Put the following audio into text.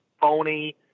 phony